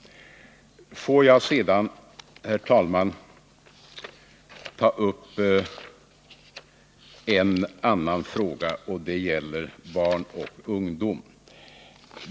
Får jag sedan, herr talman, ta upp en annan fråga, och den gäller barn och ungdom.